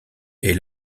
est